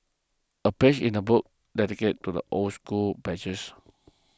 a page in the book dedicated to the old school badges